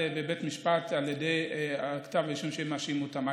בבית משפט על ידי כתב אישום שמאשים אותם.